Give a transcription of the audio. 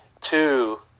two